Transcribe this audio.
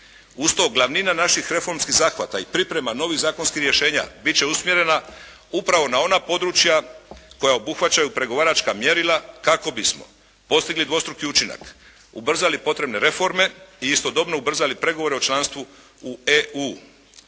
Uz to glavnina naših reformskih zahvata i priprema novih zakonskih rješenja bit će usmjerena upravo na ona područja koja obuhvaćaju pregovaračka mjerila kako bismo postigli dvostruki učinak; ubrzali potrebne reforme i istodobno ubrzali pregovore u članstvu u EU.